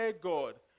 God